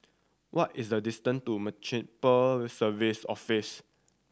what is the distance to Municipal Services Office